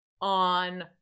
on